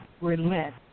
relent